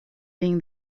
being